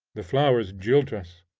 the flowers jilt us,